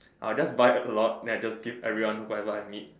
I will just buy a lot then I'll just give everyone whatever I meet